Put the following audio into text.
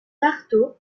marteau